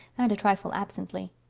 and a trifle absently.